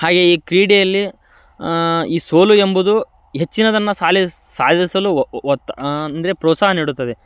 ಹಾಗೆಯೇ ಈ ಕ್ರೀಡೆಯಲ್ಲಿ ಈ ಸೋಲು ಎಂಬುದು ಹೆಚ್ಚಿನದನ್ನು ಸಾಧಿಸ ಸಾಧಿಸಲು ಒತ್ತ ಅಂದರೆ ಪ್ರೋತ್ಸಾಹ ನೀಡುತ್ತದೆ